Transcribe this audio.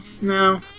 No